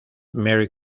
marie